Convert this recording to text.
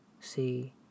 See